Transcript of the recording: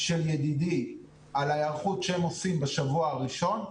של ידידי על ההיערכות שהם עושים בשבוע הראשון,